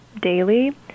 daily